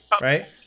right